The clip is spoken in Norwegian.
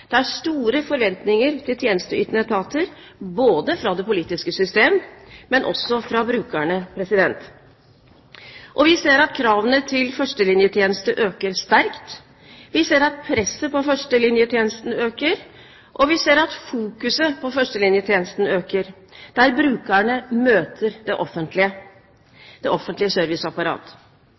Det er store forventninger til tjenesteytende etater, både fra det politiske system og fra brukerne. Vi ser at kravene til førstelinjetjenesten øker sterkt, vi ser at presset på førstelinjetjenesten øker, og vi ser at fokuset på førstelinjetjenesten øker – der brukerne møter det offentlige